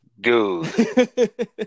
dude